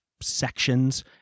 sections